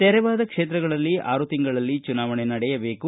ತೆರವಾದ ಕ್ಷೇತ್ರಗಳಲ್ಲಿ ಆರು ತಿಂಗಳಲ್ಲಿ ಚುನಾವಣೆ ನಡೆಯಬೇಕು